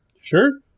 Sure